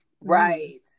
Right